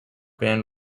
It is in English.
band